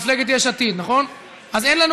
אנחנו מצביעים על הצעת